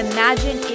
Imagine